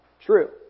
true